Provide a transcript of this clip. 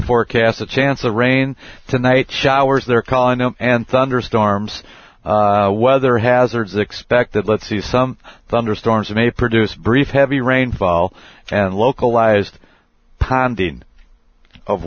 forecast a chance of rain tonight showers there canno and thunderstorms weather hazards expected let's see some thunderstorms may produce brief heavy rainfall and localized